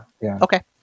Okay